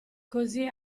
così